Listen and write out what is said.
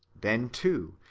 then, too,